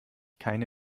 keine